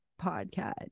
podcast